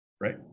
right